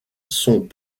sont